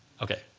ok,